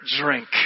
drink